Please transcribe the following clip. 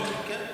כן.